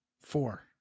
Four